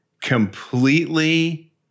completely